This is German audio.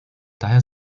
daher